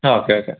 okay okay